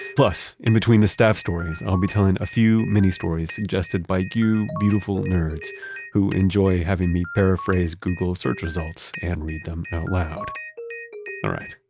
plus in between the staff stories, i'll be telling a few mini-stories suggested by you beautiful nerds who enjoy having me paraphrase google search results and read them out loud. all right,